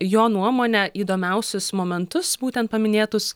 jo nuomone įdomiausius momentus būtent paminėtus